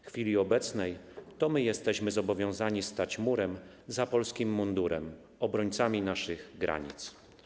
W chwili obecnej to my jesteśmy zobowiązani stać murem za polskim mundurem, obrońcami naszych granic.